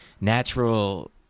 natural